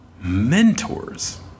mentors